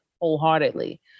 wholeheartedly